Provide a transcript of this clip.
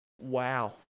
wow